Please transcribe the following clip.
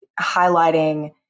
highlighting